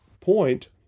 point